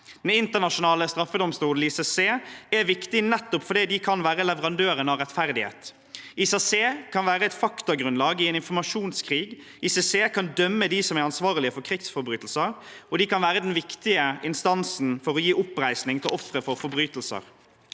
Den internasjonale straffedomstolen er viktig nettopp fordi den kan være leverandøren av rettferdighet. ICC kan være et faktagrunnlag i en informasjonskrig, den kan dømme dem som er ansvarlige for krigsforbrytelser, og den kan være den viktige instansen for å gi oppreising til ofre for forbrytelser.